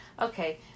Okay